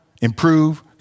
improve